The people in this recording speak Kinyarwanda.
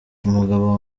umugabo